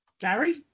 Gary